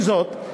עם זאת,